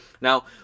now